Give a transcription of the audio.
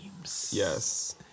Yes